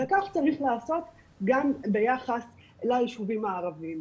וכך צריך לעשות גם ביחס ליישובים הערבים.